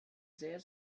sehr